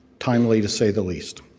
timely to say the least.